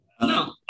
No